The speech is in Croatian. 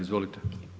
Izvolite.